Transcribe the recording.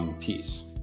piece